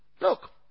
Look